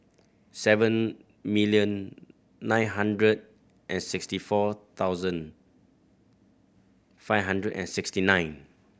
seven million nine hundred and sixty four thousand five hundred and sixty nine